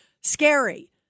scary